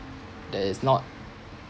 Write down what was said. that is not